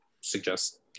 suggest